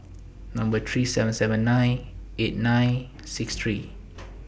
Number three seven seven nine eight nine six three